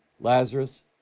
Lazarus